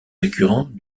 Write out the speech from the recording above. récurrent